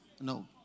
No